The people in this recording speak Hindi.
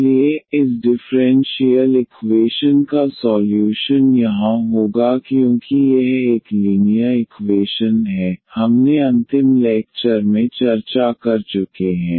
इसलिए इस डिफरेंशियल इक्वेशन का सॉल्यूशन यहां होगा क्योंकि यह एक लीनियर इक्वेशन है हमने अंतिम लेक्चर में चर्चा कर चुके हैं